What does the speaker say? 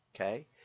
okay